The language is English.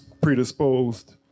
predisposed